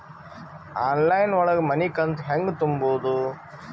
Online ಒಳಗ ಮನಿಕಂತ ಹ್ಯಾಂಗ ತುಂಬುದು?